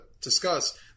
discuss